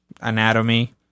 anatomy